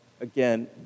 again